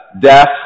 death